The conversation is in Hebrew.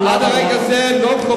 עד לרגע זה לא,